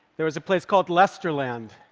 there was a place called lesterland.